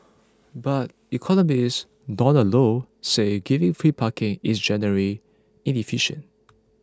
but economist Donald Low say giving free parking is generally inefficient